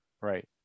right